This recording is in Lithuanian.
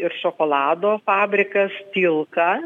ir šokolado fabrikas tilka